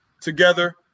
together